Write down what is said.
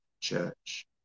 church